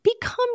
become